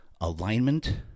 alignment